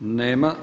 Nema.